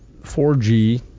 4G